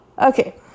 Okay